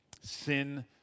Sin